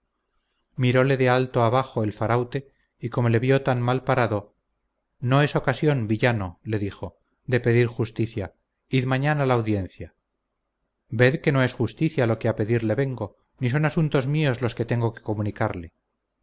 miróle de alto a bajo el faraute y como le vio tan malparado no es ocasión villano le dijo de pedir justicia id mañana a la audiencia ved que no es justicia lo que a pedirle vengo ni son asuntos míos los que tengo que comunicarle